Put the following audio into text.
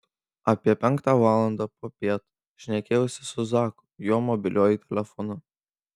apie penktą valandą popiet šnekėjausi su zaku jo mobiliuoju telefonu